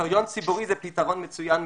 נוטריון ציבורי זה פתרון מצוין.